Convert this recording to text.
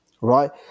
Right